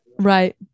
Right